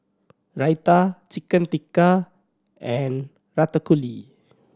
Raita Chicken Tikka and Ratatouille